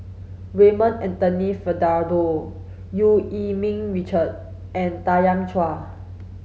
Raymond Anthony Fernando Eu Yee Ming Richard and Tanya Chua